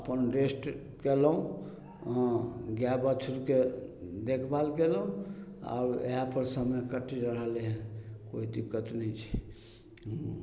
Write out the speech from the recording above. अपन रेस्ट कयलहुँ हँ गाय बछड़के देखभाल कयलहुँ आओर इहएपर समय कटि रहलै हँ कोइ दिक्कत नहि छै